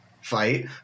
fight